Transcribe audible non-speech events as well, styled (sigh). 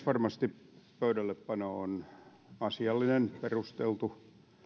(unintelligible) varmasti pöydällepano on asiallinen perusteltu